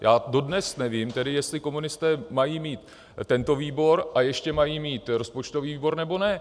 Já dodnes nevím, jestli komunisté mají mít tento výbor a ještě mají mít rozpočtový výbor, nebo ne.